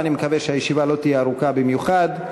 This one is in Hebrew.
אני מקווה שהישיבה לא תהיה ארוכה במיוחד.